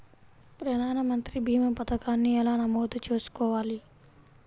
ప్రధాన మంత్రి భీమా పతకాన్ని ఎలా నమోదు చేసుకోవాలి?